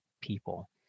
people